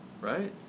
right